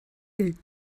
gilt